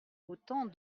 autant